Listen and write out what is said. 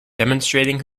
demonstrating